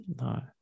no